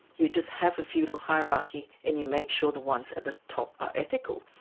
you just have a feudal hierarchy and you make sure the ones at the top are ethical,